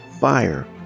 fire